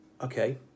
okay